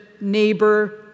neighbor